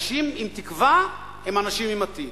אנשים עם תקווה הם אנשים עם עתיד.